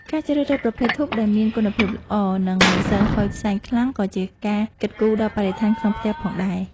ការជ្រើសរើសប្រភេទធូបដែលមានគុណភាពល្អ និងមិនសូវហុយផ្សែងខ្លាំងក៏ជាការគិតគូរដល់បរិស្ថានក្នុងផ្ទះផងដែរ។